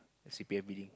C P F building